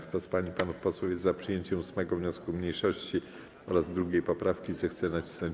Kto z pań i panów posłów jest za przyjęciem 8. wniosku mniejszości oraz tożsamej 2. poprawki, zechce nacisnąć